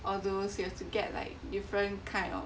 all those you have to get like different kind of